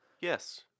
Yes